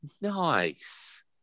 Nice